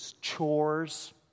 chores